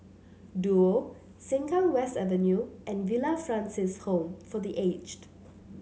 Duo Sengkang West Avenue and Villa Francis Home for The Aged